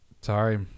Sorry